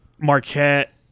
Marquette